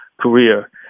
career